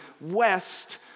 west